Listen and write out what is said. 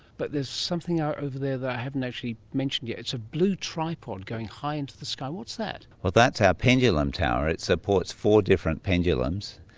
but there's something over there that i haven't actually mentioned yet, it's a blue tripod going high into the sky. what's that? but that's our pendulum tower, it supports four different pendulums,